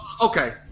Okay